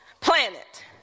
Planet